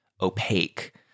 opaque